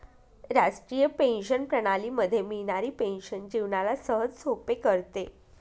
राष्ट्रीय पेंशन प्रणाली मध्ये मिळणारी पेन्शन जीवनाला सहजसोपे करते